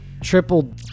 triple